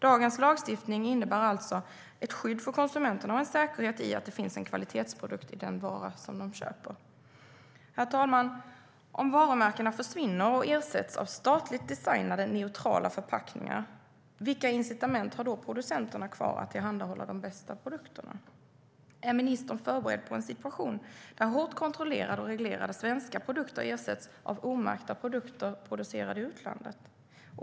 Dagens lagstiftning innebär alltså ett skydd för konsumenterna och en säkerhet i att det finns en kvalitetsprodukt i den vara som de köper. Herr talman! Om varumärkena försvinner och ersätts av statligt designade neutrala förpackningar, vilka incitament har då producenterna kvar att tillhandahålla de bästa produkterna? Är ministern förberedd på en situation där hårt kontrollerade och reglerade svenska produkter ersätts av omärkta produkter producerade i utlandet?